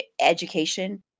education